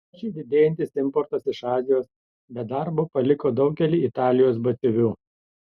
sparčiai didėjantis importas iš azijos be darbo paliko daugelį italijos batsiuvių